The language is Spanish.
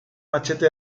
machete